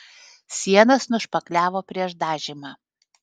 sienas nušpakliavo prieš dažymą